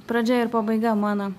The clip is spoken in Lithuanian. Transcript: pradžia ir pabaiga mano